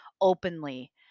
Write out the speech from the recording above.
openly